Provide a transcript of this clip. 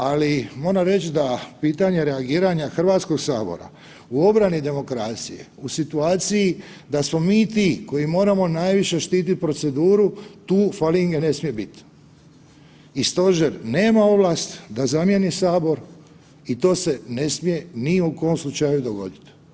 Ali moram reć da pitanje reagiranja HS u obrani demokracije u situaciji da smo mi ti koji moramo najviše štitit proceduru tu falinge ne smije bit i stožer nema ovlast da zamijeni sabor i to se ne smije ni u kom slučaju dogodit.